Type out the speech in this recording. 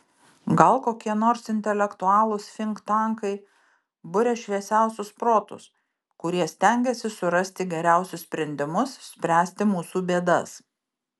gal kokie nors intelektualūs finktankai buria šviesiausius protus kurie stengiasi surasti geriausius sprendimus spręsti mūsų bėdas